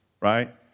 right